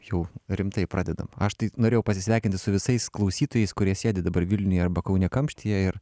jau rimtai pradedam aš taip norėjau pasisveikinti su visais klausytojais kurie sėdi dabar vilniuje arba kaune kamštyje ir